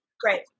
great